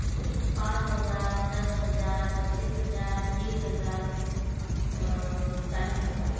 पाँच हज़ार दस हज़ार पच्चीस हज़ार तीस हज़ार चालीस हज़ार